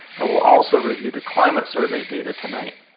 i will also review the climate survey data tonight.